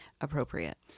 appropriate